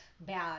bad